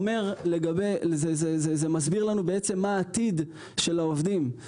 זה מסביר לנו בעצם מה העתיד של העובדים.